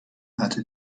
hatte